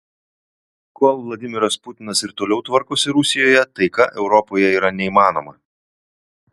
kol vladimiras putinas ir toliau tvarkosi rusijoje taika europoje yra neįmanoma